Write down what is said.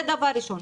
זה דבר ראשון.